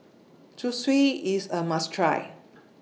Zosui IS A must Try